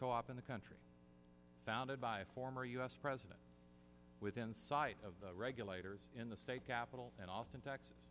co op in the country founded by a former us president within sight of the regulators in the state capital in austin texas